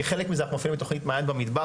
וכחלק מזה אנחנו מפעילים את תוכנית מעיין במדבר,